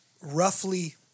roughly